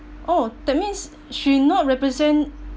oh that means she not represent